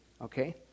Okay